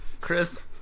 Chris